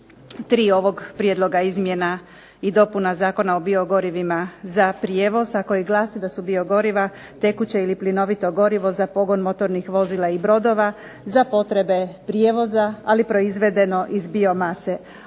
Prijedloga izmjena i dopuna Zakona o biogorivima za prijevoz a koje glasi da su biogoriva tekuće ili plinovito goriva za pogon motornih vozila i brodova za potrebe prijevoza ali proizvedeno iz biomase.